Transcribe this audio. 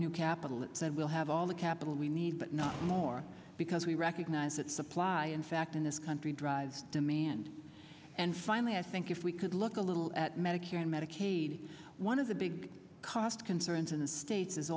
new capital that said we'll have all the capital we need but not more because we recognize that supply in fact in this country drives demand and finally i think if we could look a little at medicare and medicaid one of the big cost concerns in the states is